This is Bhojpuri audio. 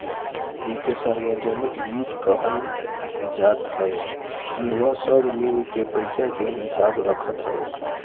एके सार्वजनिक वित्त कहल जात हवे इहवा सब लोग के पईसा के हिसाब रहत हवे